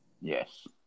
Yes